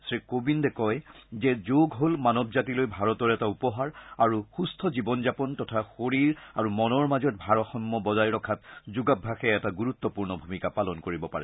শ্ৰীকোবিন্দে কয় যে যোগ হ'ল মানৱ জাতিলৈ ভাৰতৰ এটা উপহাৰ আৰু সুস্থ জাৱন যাপন তথা শৰীৰ আৰু মনৰ মাজত ভাৰসাম্য বজাই ৰখাত যোগাভ্যাসে এটা গুৰুত্পূৰ্ণ ভূমিকা পালন কৰিব পাৰে